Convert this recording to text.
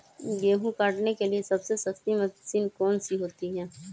गेंहू काटने के लिए सबसे सस्ती मशीन कौन सी होती है?